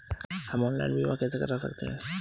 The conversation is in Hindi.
हम ऑनलाइन बीमा कैसे कर सकते हैं?